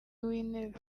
w’intebe